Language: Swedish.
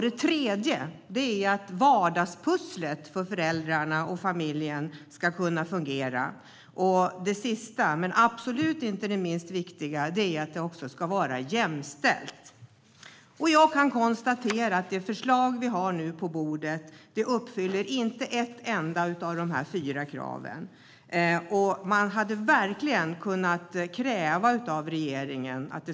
Den tredje är att vardagspusslet för föräldrarna och familjen ska kunna fungera. Och den sista, men absolut inte minst viktiga, är att föräldraförsäkringen också ska vara jämställd. Det förslag som nu ligger på bordet uppfyller inte ett enda av de fyra kraven. Man hade verkligen kunnat kräva det av regeringen.